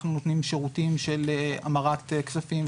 אנחנו נותנים שירותים של המרת כספים,